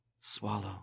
swallow